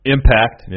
Impact